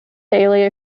daily